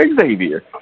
Xavier